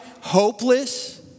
hopeless